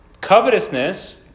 Covetousness